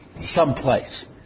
someplace